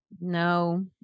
No